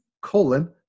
colon